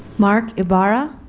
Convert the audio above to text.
mark ibarra,